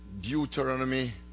Deuteronomy